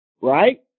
Right